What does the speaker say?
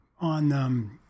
On